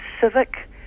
civic